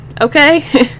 okay